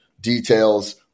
details